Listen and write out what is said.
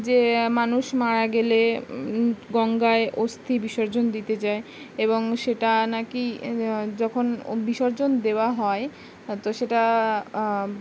যে মানুষ মারা গেলে গঙ্গায় অস্থি বিসর্জন দিতে যায় এবং সেটা নাকি যখন বিসর্জন দেওয়া হয় তো সেটা